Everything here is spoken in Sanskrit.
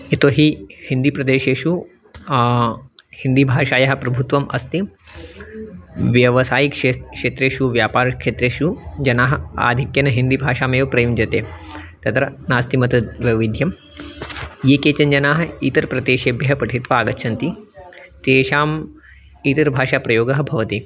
यतोहि हिन्दीप्रदेशेषु हिन्दीभाषायाः प्रभुत्वम् अस्ति व्यवसायी क्षे क्षेत्रेषु व्यापारक्षेत्रेषु जनाः आधिक्येन हिन्दीभाषायामेव प्रयुज्यते तत्र नास्ति मत द् वैविध्यं ये केचन् जनाः इतर प्रदेशेभ्यः पठित्वा आगच्छन्ति तेषाम् इतर भाषा प्रयोगः भवति